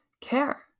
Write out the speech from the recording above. care